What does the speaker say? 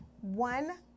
one